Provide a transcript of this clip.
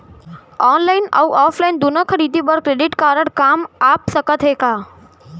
Online अऊ offline दूनो खरीदी बर क्रेडिट कारड काम आप सकत हे का?